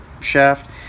shaft